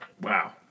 Wow